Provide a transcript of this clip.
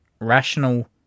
rational